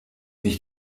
ich